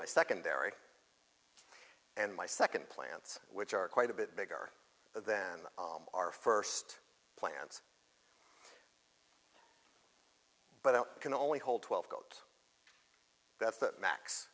my secondary and my second plants which are quite a bit bigger than our first plants but i can only hold twelve that's the max